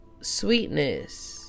Sweetness